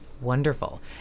Wonderful